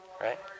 right